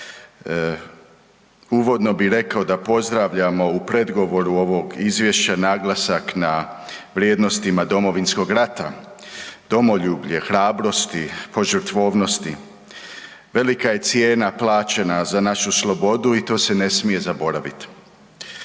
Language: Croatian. Uvodno bi rekao da pozdravljamo u predgovoru ovog izvješća naglasak na vrijednostima Domovinskog rata, domoljublje, hrabrosti, požrtvovnosti. Velika je cijena plaćena za našu slobodu i to se ne smije zaboraviti.